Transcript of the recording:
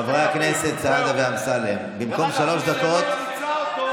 חברי הכנסת, אני עוצר את הנאום